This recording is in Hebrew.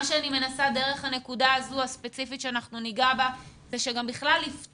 מה שאני מנסה לעשות דרך הנקודה הספציפית הזו שניגע בה זה גם לפתוח